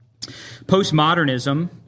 Postmodernism